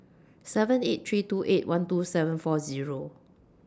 seven eight three two eight one two seven four Zero